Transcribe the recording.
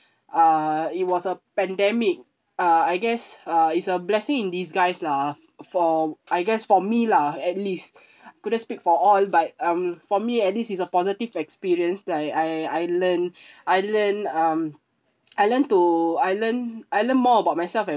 uh it was a pandemic uh I guess uh is a blessing in disguise lah for I guess for me lah at least couldn't speak for all but um for me at least it's a positive experience that I I learn I learn um I learn to I learn I learn more about myself and